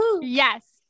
yes